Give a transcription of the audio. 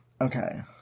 Okay